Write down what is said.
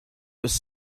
was